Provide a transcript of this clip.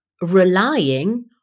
relying